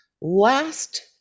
last